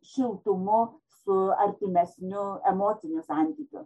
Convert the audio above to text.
šiltumu su artimesniu emociniu santykių